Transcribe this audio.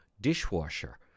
dishwasher